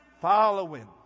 following